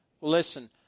listen